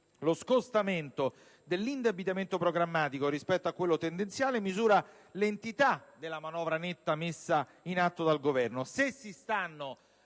Lo scostamento dell'indebitamento programmatico rispetto a quello tendenziale misura l'entità della manovra netta messa in atto dal Governo: